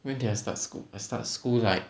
when did I start school I start school like